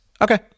okay